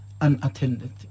unattended